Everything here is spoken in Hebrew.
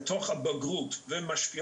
תוצאות נפשיות שממשיכות לבגרות ומשפיעות